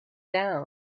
down